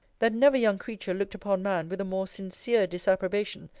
that never young creature looked upon man with a more sincere disapprobation,